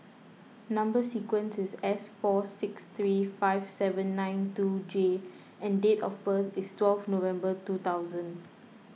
Number Sequence is S four six three five seven nine two J and date of birth is twelve November two thousand